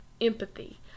empathy